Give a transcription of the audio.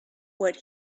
what